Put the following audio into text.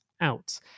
out